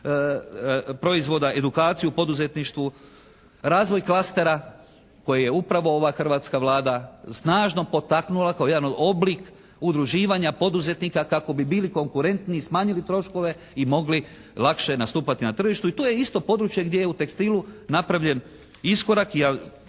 proizvoda, edukaciju u poduzetništvu, razvoj klastera koje je upravo ova hrvatska Vlada snažno potaknula kao jedan oblik udruživanja poduzetnika kako bi bili konkurentni i smanjili troškove. I mogli lakše nastupati na tržištu. I tu je isto područje gdje je u tekstilu napravljen iskorak.